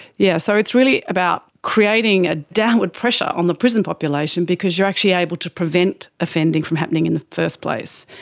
yeah so it's really about creating a downward pressure on the prison population because you are actually able to prevent offending from happening in the first place.